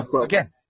again